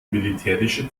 militärische